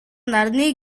нарны